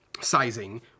sizing